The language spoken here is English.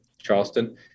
Charleston